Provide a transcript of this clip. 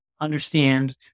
understand